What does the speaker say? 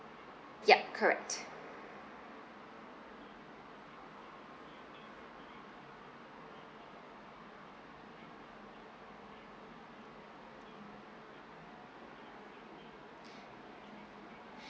yup correct